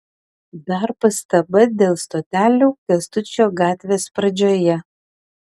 dar pastaba dėl stotelių kęstučio gatvės pradžioje